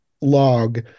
log